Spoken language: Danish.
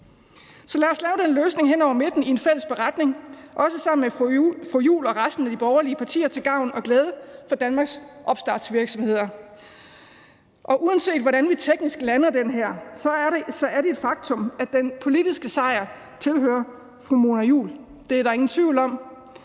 Så lad os lave den løsning hen over midten i en fælles beretning, også sammen med fru Mona Juul og resten af de borgerlige partier til gavn og glæde for Danmarks opstartsvirksomheder. Uanset hvordan vi teknisk lander den her, er det et faktum, at den politiske sejr tilhører fru Mona Juul. Det er der ingen tvivl om.